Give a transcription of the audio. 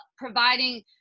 providing –